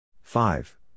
five